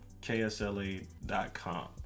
ksla.com